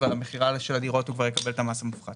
והמכירה של הדירות הוא כבר יקבל את המס המופחת